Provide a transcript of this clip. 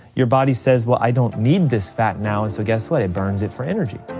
your body says, well, i don't need this fat now and so guess what, it burns it for energy.